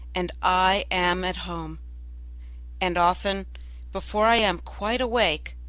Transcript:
and i am at home and often before i am quite awake,